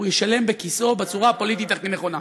הוא ישלם בכיסאו בצורה הפוליטית הכי נכונה.